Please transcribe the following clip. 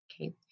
okay